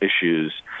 issues